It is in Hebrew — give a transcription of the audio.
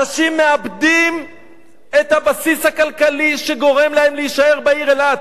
אנשים מאבדים את הבסיס הכלכלי שגורם להם להישאר בעיר אילת.